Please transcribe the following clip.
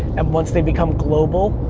and once they become global,